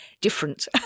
different